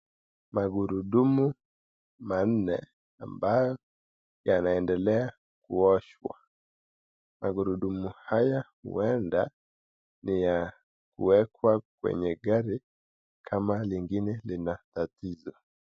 Magurdumu manne ambayo yanendelea kuoshwa. Magurudumu haya huenda ni ya kuwekwa kwenye gari kama lingine lina tatizo.